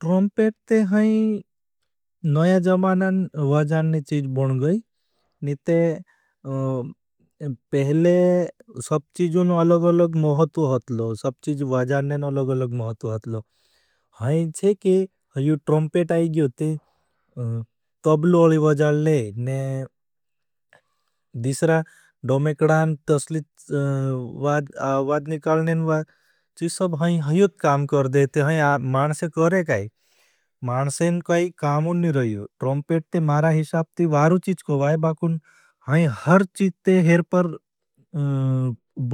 ट्रॉम्पेट में नया जमानान वाजानने चीज बोन गई। पहले सब चीज़ोंने अलग अलग महत्व अथलो। हैं छे के यू ट्रॉम्पेट आई गयो ते तबलोली वाजान ले। दिसरा डोमेकडान, तसलीच वाज निकालने वाज। चीज़ सब हैं हयोत काम कर देते हैं, मानसे करे काई। मानसेन कामों नी रही हूँ। ट्रॉम्पेट ते मारा हिशाब ती वारू चीज कोई बाकून। हैं हर चीज ते हेर पर